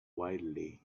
wildly